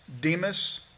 Demas